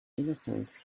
innocence